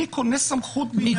אני קונה סמכות בעניינים אלו.